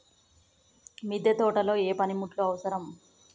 మిద్దె తోటలో ఏ పనిముట్లు అవసరం?